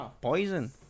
poison